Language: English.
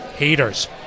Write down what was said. haters